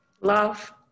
Love